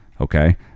okay